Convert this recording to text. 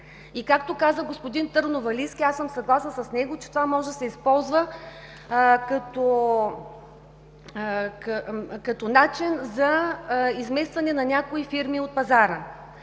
И както каза господин Търновалийски, аз съм съгласна с него, това може да се използва като начин за изместване на някой фирми от пазара.